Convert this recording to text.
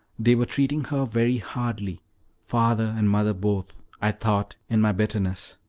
they were treating her very hardly father and mother both i thought in my bitterness.